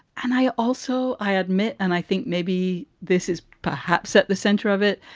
and i also i admit and i think maybe this is perhaps at the center of it.